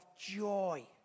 joy